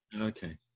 Okay